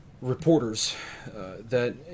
reporters—that